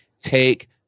take